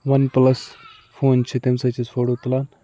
ون plus phone چھِ تَمہِ سۭتۍ چھِ أسۍ فوٹو تُلان